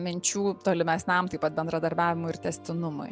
minčių tolimesniam taip pat bendradarbiavimui ir tęstinumui